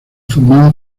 formada